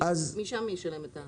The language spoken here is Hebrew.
מי שם ישלם את זה?